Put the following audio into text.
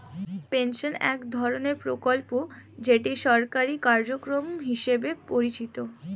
pension এক ধরনের প্রকল্প যেটা সরকারি কার্যক্রম হিসেবে পরিচিত